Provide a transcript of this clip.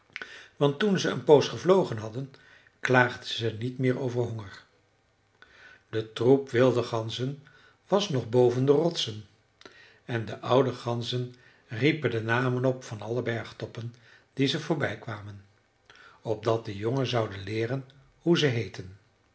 want toen ze een poos gevlogen hadden klaagden ze niet meer over honger de troep wilde ganzen was nog boven de rotsen en de oude ganzen riepen de namen op van alle bergtoppen die ze voorbij kwamen opdat de jongen zouden leeren hoe ze heetten